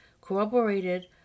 corroborated